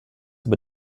über